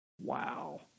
Wow